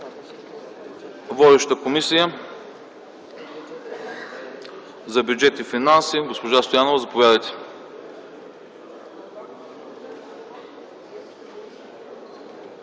водеща е Комисията по бюджет и финанси. Госпожо Стоянова, заповядайте.